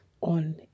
on